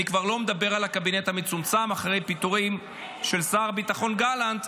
ואני כבר לא מדבר על הקבינט המצומצם אחרי הפיטורים של שר הביטחון גלנט.